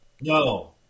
No